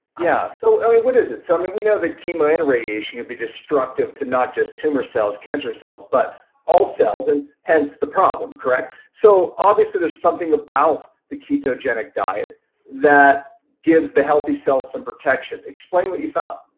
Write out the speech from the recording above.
yeah so what is it? so i mean we know that chemo and radiation can be destructive to not just tumor cells, cancer cells, but all cells, and hence the problem, correct? so obviously there's something about the ketogenic diet that gives the healthy cells some protection. explain what you found.